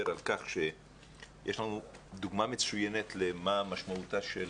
על כך שיש לנו דוגמה מצוינת למשמעותה של